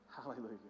Hallelujah